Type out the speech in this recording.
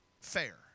fair